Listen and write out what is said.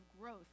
growth